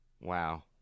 Wow